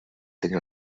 tenia